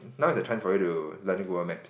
now is the chance for you to learn world maps